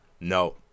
no